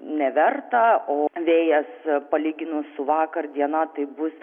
neverta o vėjas palyginus su vakar diena tai bus